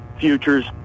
futures